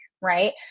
right